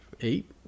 eight